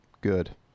good